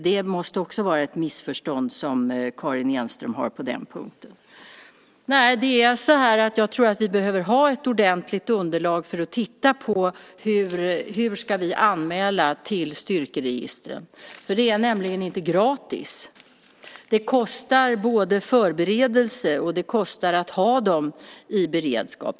Det måste också vara ett missförstånd. Jag tror att vi behöver ha ett ordentligt underlag för att titta på hur vi ska anmäla till styrkeregistren. Det är nämligen inte gratis. Det kostar förberedelse och det kostar att ha dem i beredskap.